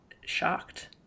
shocked